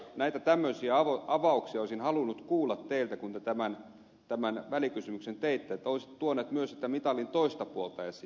näitä tämmöisiä avauksia olisin halunnut kuulla teiltä kun te tämän välikysymyksen teitte että olisi tuoneet myös sitä mitalin toista puolta esiin